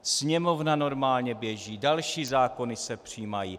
Sněmovna normálně běží, další zákony se přijímají.